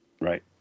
Right